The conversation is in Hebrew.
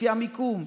לפי המיקום,